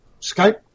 Skype